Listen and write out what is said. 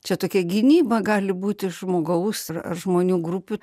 čia tokia gynyba gali būti žmogaus ar žmonių grupių